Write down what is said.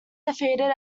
defeated